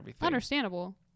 Understandable